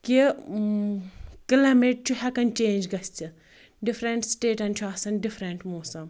کہِ کلیمیٹ چھُ ہٮ۪کان چینج گٔژھِتھ ڈفریٚنٹ سٹیٹن چھُ آسان ڈفریٚنٹ موسم